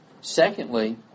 Secondly